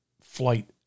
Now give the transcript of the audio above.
flight